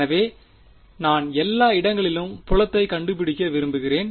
எனவே நான் எல்லா இடங்களிலும் புலத்தைக் கண்டுபிடிக்க விரும்புகிறேன்